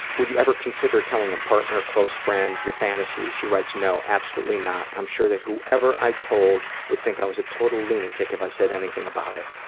would you ever consider telling a partner or close friend your fantasies? she writes, no. absolutely not. i'm sure that whoever i told would think i was a total lunatic if i said anything about it.